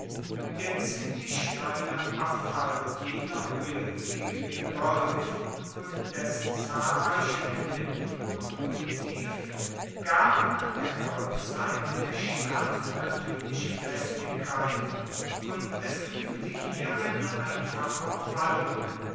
der ziemlich steile abfall jener höhe gegen den golf und dessen zahlreiche klippen und untiefen gaben an der golfseite der stadt natürliche festigkeit und es genügte hier eine einfache umwallung